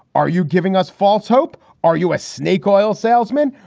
are you giving us false hope? are you a snake oil salesman?